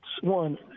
one